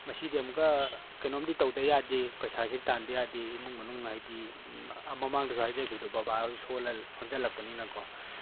ꯃꯁꯤꯗꯤ ꯑꯃꯨꯛꯀ ꯀꯩꯅꯣꯝꯗꯤ ꯇꯧꯗꯕ ꯌꯥꯗꯦ ꯄꯩꯁꯥꯁꯤ ꯇꯥꯟꯗꯕ ꯌꯥꯗꯦ ꯏꯃꯨꯡ ꯃꯅꯨꯡ ꯍꯥꯏꯕꯗꯤ ꯃꯃꯥꯡꯗꯁꯨ ꯍꯥꯏꯖꯈꯤꯕꯗꯣ ꯕꯥꯕꯥꯁꯨ ꯁꯣꯟꯖꯤꯜꯂꯛꯄꯅꯤꯅ ꯀꯣ